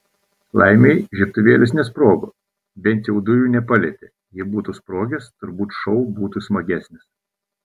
laimei žiebtuvėlis nesprogo bent jau dujų nepalietė jei būtų sprogęs turbūt šou būtų smagesnis